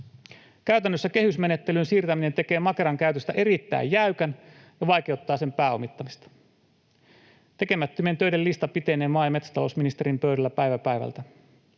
Käytännössä kehysmenettelyyn siirtäminen tekee Makeran käytöstä erittäin jäykän ja vaikeuttaa sen pääomittamista. Tekemättömien töiden lista pitenee maa- ja metsätalousministerin pöydällä päivä päivältä.